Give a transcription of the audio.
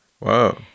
Wow